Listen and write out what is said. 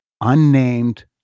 unnamed